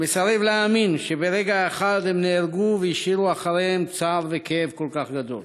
ומסרב להאמין שברגע אחד הם נהרגו והשאירו אחריהם צער וכאב כל כך גדולים.